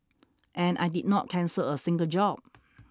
and I did not cancel a single job